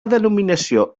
denominació